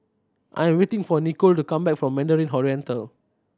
I'm waiting for Nikole to come back from Mandarin Oriental